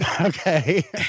Okay